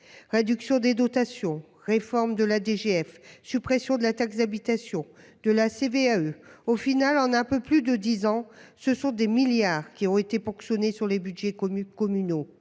réduction des dotations, réforme de la DGF, suppression de la taxe d'habitation et de la CVAE ... Finalement, en un peu plus de dix ans, des milliards ont été ponctionnés sur les budgets communaux.